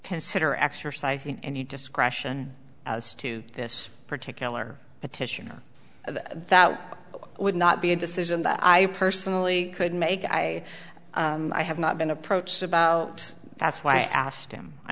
consider exercising any discretion as to this particular petition or that would not be a decision that i personally could make i i have not been approached about that's why i asked him i